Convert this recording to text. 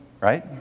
right